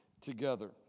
together